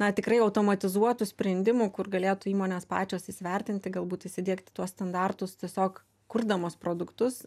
na tikrai automatizuotų sprendimų kur galėtų įmonės pačios įsivertinti galbūt įsidiegti tuos standartus tiesiog kurdamos produktus